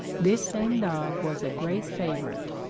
this same dog was a great favourite,